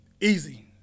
Easy